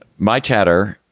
my chatter.